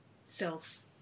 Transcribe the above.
self